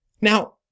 Now